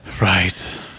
Right